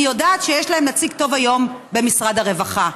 אני יודעת שיש להם נציג טוב היום במשרד הרווחה.